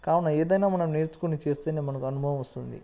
కావున ఏదైనా మనం నేర్చుకొని చేస్తే మనకు అనుభవం వస్తుంది